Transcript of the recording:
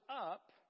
up